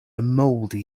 mouldy